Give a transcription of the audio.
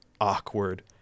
awkward